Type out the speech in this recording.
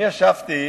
אני ישבתי